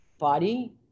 body